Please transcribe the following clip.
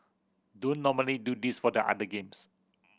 don't normally do this for the other games